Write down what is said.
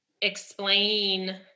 explain